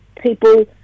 people